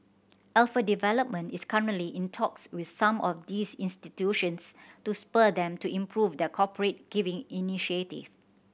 Alpha Development is currently in talks with some of these institutions to spur them to improve their corporate giving initiative